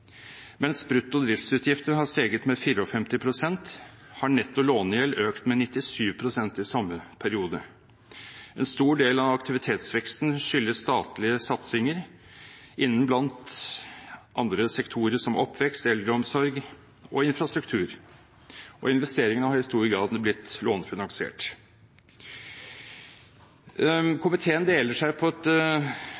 driftsutgifter har steget med 54 pst., har netto lånegjeld økt med 97 pst. i samme periode. En stor del av aktivitetsveksten skyldes statlige satsinger, innen bl.a. sektorer som oppvekst, eldreomsorg og infrastruktur. Investeringene har i stor grad blitt lånefinansiert. Komiteen deler seg på